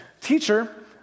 Teacher